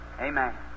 Amen